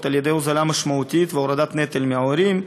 על-ידי הוזלה משמעותית והורדת נטל מההורים.